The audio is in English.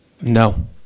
No